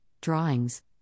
drawings